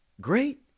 Great